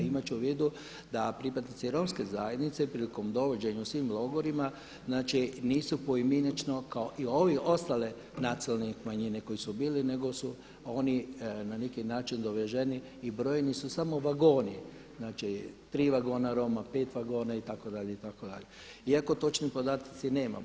Imajući u vidu da pripadnici romske zajednice prilikom dovođenja u sve logore nisu poimenično kao i ovi ostali nacionalne manjene koje su bile nego su oni na neki način doveženi i brojeni su samo vagoni, znači tri vagona Roma, pet vagona itd., itd. iako točne podatke nemamo.